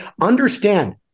Understand